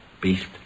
Beast